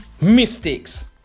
Mistakes